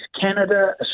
Canada